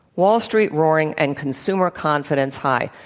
wall street roaring, and consumer confidence high.